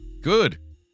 Good